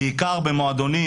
בעיקר במועדונים,